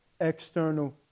external